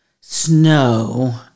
snow